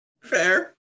Fair